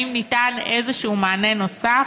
האם ניתן איזה שהוא מענה נוסף,